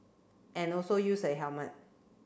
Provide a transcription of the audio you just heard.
and also use a helmet